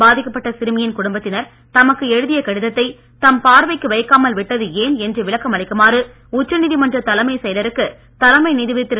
பாதிக்கப்பட்ட சிறுமியின் குடும்பத்தினர் தமக்கு எழுதிய கடிதத்தை தம் பார்வைக்கு வைக்காமல் விட்டது ஏன் என்று விளக்கம் அளிக்குமாறு உச்ச நீதிமன்ற தலைமைச் செயலாருக்கு தலைமை நீதிபதி திரு